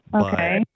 okay